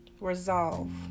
resolve